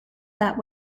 that